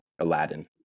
Aladdin